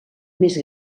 més